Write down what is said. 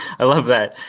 i love that.